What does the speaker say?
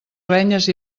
renyes